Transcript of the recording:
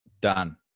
Done